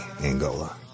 Angola